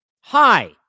Hi